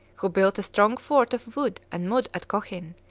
who built a strong fort of wood and mud at cochin,